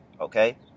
Okay